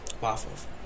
Waffles